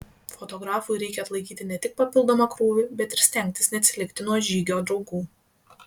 fotografui reikia atlaikyti ne tik papildomą krūvį bet ir stengtis neatsilikti nuo žygio draugų